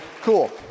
Cool